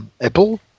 Apple